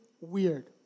weird